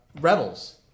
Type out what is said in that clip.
Rebels